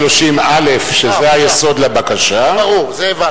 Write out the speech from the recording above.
סעיף 130(א), שזה היסוד לבקשה, ברור, זה הבנו.